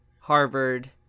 Harvard